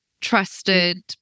trusted